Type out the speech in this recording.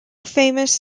famous